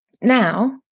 Now